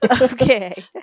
Okay